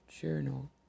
Journal